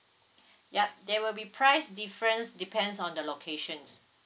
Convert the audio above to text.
yup that will be price difference depends on the locations